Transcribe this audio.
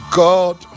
god